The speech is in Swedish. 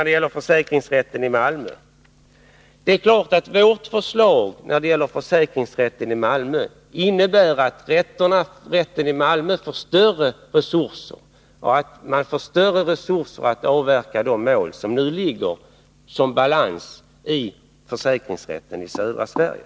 Det är klart att vårt förslag om inrättande av en försäkringsrätt i Malmö innebär större resurser och därigenom ökade möjligheter att avverka de mål som nu ligger som balans i försäkringsrätten i Södra Sverige.